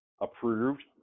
approved